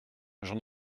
j’en